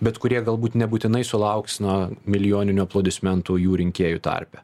bet kurie galbūt nebūtinai sulauks na milijoninių aplodismentų jų rinkėjų tarpe